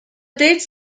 dates